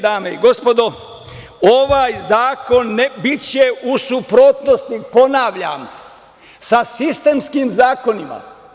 Dame i gospodo, ovaj zakon biće u suprotnosti, ponavljam, sa sistemskim zakonima.